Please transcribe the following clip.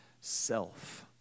self